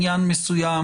לעניין מסוים,